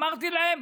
ואמרתי להם: